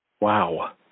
Wow